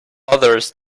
others